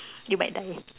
you might die